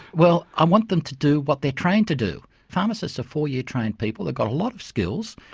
well, i want them to do what they're trained to do. pharmacists are four-year trained people, they've got a lot of skills,